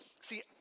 See